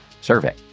survey